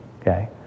okay